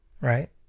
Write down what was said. right